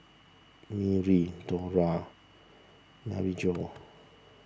Merri Dora Maryjo